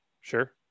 Sure